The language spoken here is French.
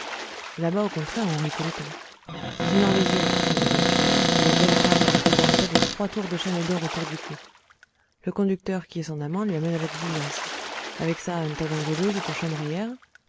là-bas au contraire on rit tout le temps c'est une arlésienne qui tient l'auberge une belle femme avec des dentelles et trois tours de chaîne d'or au cou le conducteur qui est son amant lui amène la diligence avec ça un tas d'enjôleuses pour chambrières